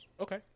Okay